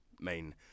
main